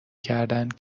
کردند